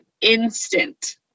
instant